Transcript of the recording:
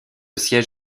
siège